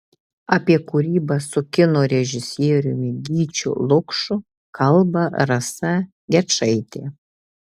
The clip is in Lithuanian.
apie kūrybą su kino režisieriumi gyčiu lukšu kalba rasa gečaitė